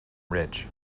rich